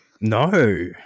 No